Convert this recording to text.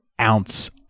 ounce